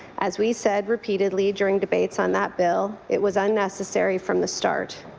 as we said repeatedly during debates on that bill, it was unnecessary from the start.